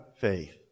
faith